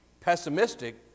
pessimistic